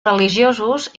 religiosos